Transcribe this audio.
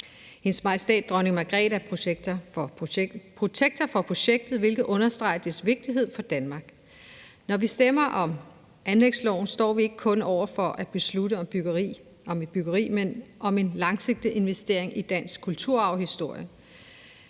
Hendes Majestæt Dronning Margrethe er protektor for projektet, hvilket understreger dets vigtighed for Danmark. Når vi stemmer om anlægsloven, står vi ikke kun over for en beslutning om et byggeri, men om en langsigtet investering i dansk kulturarvshistorie.